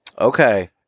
Okay